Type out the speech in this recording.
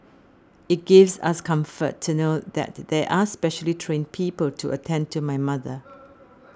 it gives us comfort to know that there are specially trained people to attend to my mother